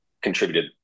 contributed